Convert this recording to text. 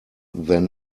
than